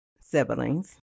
siblings